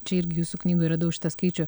čia irgi jūsų knygoj radau šitą skaičių